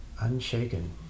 unshaken